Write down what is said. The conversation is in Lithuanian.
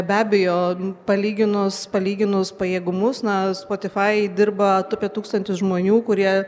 be abejo palyginus palyginus pajėgumus na spotifai dirba tūkstantis žmonių kurie